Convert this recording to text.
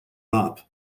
lap